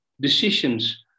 decisions